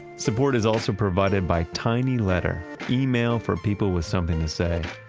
support is also provided by tinyletter. email for people with something to say.